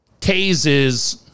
tases